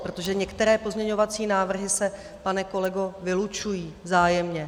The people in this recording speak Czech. Protože některé pozměňovací návrhy se, pane kolego, vylučují vzájemně.